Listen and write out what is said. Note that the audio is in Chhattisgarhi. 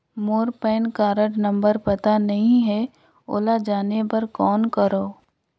मोर पैन कारड नंबर पता नहीं है, ओला जाने बर कौन करो?